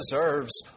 deserves